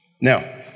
Now